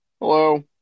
Hello